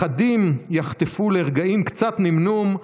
/ אחדים יחטפו לרגעים קצת-נמנום,